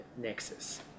nexus